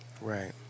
right